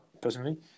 personally